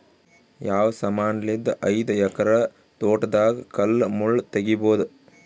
ಯಾವ ಸಮಾನಲಿದ್ದ ಐದು ಎಕರ ತೋಟದಾಗ ಕಲ್ ಮುಳ್ ತಗಿಬೊದ?